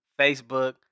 Facebook